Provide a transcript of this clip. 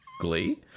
Glee